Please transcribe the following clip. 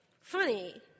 Funny